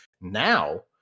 Now